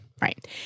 Right